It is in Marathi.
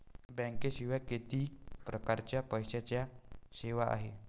बँकेशिवाय किती परकारच्या पैशांच्या सेवा हाय?